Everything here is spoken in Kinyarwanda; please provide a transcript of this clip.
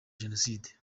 génocide